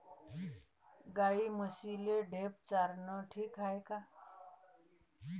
गाई म्हशीले ढेप चारनं ठीक हाये का?